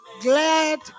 glad